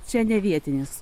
čia ne vietinis